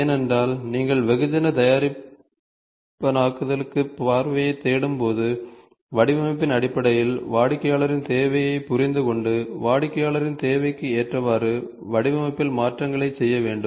ஏனென்றால் நீங்கள் வெகுஜன தனிப்பயனாக்குதலுக்கான பார்வையைத் தேடும்போது வடிவமைப்பின் அடிப்படையில் வாடிக்கையாளரின் தேவையைப் புரிந்துகொண்டு வாடிக்கையாளரின் தேவைக்கு ஏற்றவாறு வடிவமைப்பில் மாற்றங்களைச் செய்ய வேண்டும்